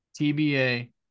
TBA